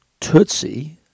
Tutsi